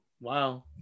wow